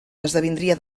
esdevindria